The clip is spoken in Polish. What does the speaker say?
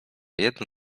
jedno